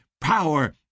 power